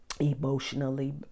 Emotionally